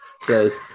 Says